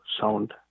sound